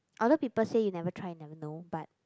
other people say you never try you never know but